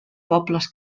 pobles